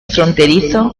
fronterizo